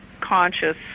conscious